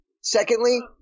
Secondly